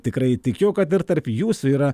tikrai tikiu kad ir tarp jūsų yra